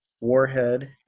Warhead